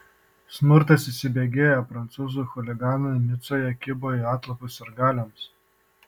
smurtas įsibėgėja prancūzų chuliganai nicoje kibo į atlapus sirgaliams